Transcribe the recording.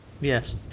Yes